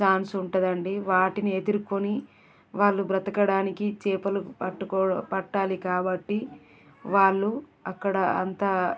chance ఉంటుంది అండి వాటిని ఎదుర్కొని వాళ్ళు బ్రతకడానికి చేపలు పట్టుకో పట్టాలి కాబట్టి వాళ్ళు అక్కడా అంతా